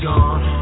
Gone